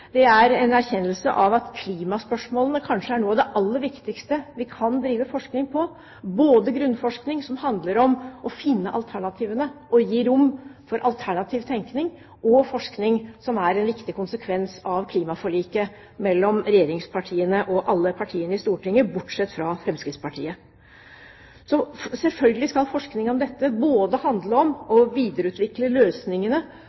er en erkjennelse av at klimaspørsmålene kanskje er noe av det aller viktigste vi kan drive forskning på – grunnforskning som handler både om å finne alternativene og om gi rom for alternativ tenkning og forskning, som er en viktig konsekvens av klimaforliket mellom regjeringspartiene og alle partiene i Stortinget, bortsett fra Fremskrittspartiet. Selvfølgelig skal forskning om dette handle om